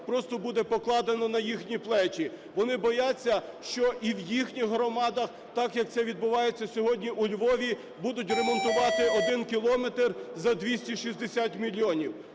просто буде покладено на їхні плечі. Вони бояться, що і в їхніх громадах, так, як це відбувається сьогодні у Львові, будуть ремонтувати 1 кілометр за 260 мільйонів.